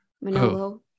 Manolo